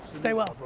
stay well,